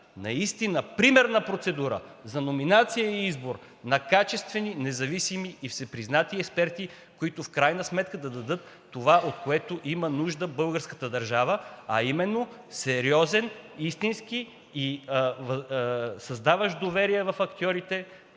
наистина примерна процедура за номинация и избор на качествени, независими и всепризнати експерти, които в крайна сметка да дадат това, от което има нужда българската държава, а именно сериозен, истински и създаващ доверие в актьорите